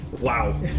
Wow